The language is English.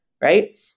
right